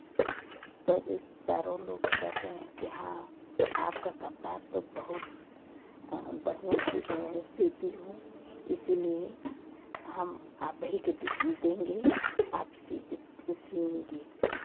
तो रिश्तेदारों लोग कहते हैं कि हाँ आपका कपड़ा तो बहुत बढ़ियाँ सिलती हूँ इसीलिए हम आप ही के दे देंगे आप सी सिएंगी